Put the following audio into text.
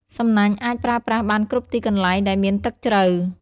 សំណាញ់អាចប្រើប្រាស់បានគ្រប់ទីកន្លែងដែលមានទឹកជ្រៅ។